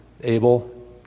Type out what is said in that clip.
Abel